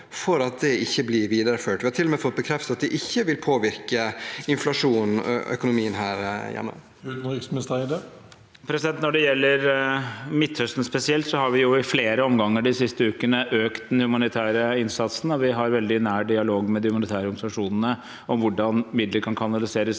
for at det ikke blir videreført. Vi har til og med fått bekreftet at det ikke vil påvirke inflasjonen, altså økonomien her hjemme. Utenriksminister Espen Barth Eide Når det gjelder Midtøsten spesielt, har vi i flere omganger de siste ukene økt den humanitære innsatsen, og vi har veldig nær dialog med de humanitære organisasjonene om hvordan midler kan kanaliseres